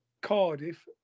Cardiff